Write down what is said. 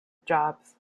jobs